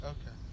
Okay